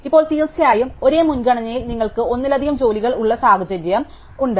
ഇപ്പോൾ തീർച്ചയായും ഒരേ മുൻഗണനയിൽ നിങ്ങൾക്ക് ഒന്നിലധികം ജോലികൾ ഉള്ള സാഹചര്യം ഞങ്ങൾക്കുണ്ട്